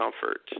comfort